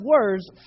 words